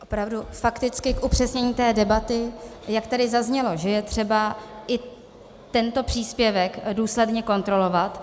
Opravdu fakticky k upřesnění té debaty, jak tady zaznělo, že je třeba i tento příspěvek důsledně kontrolovat.